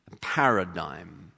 paradigm